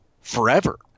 forever